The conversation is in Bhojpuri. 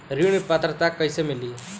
ऋण पात्रता कइसे मिली?